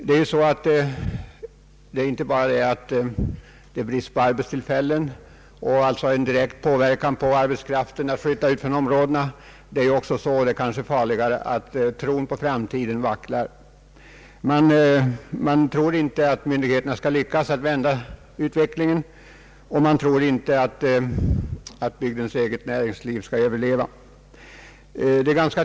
Det är inte bara brist på arbetstillfällen, vilket direkt påverkar arbetskraften att flytta ifrån dessa områden, utan det är också så och det är kanske farligare — att tron på framtiden vacklar. Man tror inte att myndigheterna skall lyckas vända utvecklingen och man tror inte att bygdens eget näringsliv skall överleva.